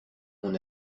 mon